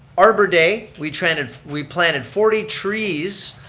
arbor day, we planted we planted forty trees,